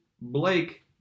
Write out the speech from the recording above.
Blake